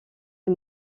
est